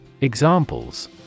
Examples